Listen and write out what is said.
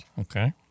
Okay